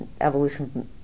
evolution